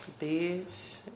Bitch